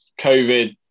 COVID